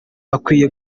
bakwiye